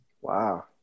Wow